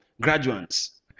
graduates